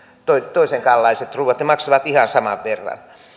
toisenkaanlaiset ruuat ne maksavat ihan saman verran